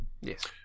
Yes